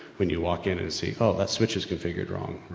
when you walk in and see oh, that switch is configured wrong,